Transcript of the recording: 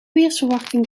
weersverwachting